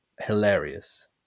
Hilarious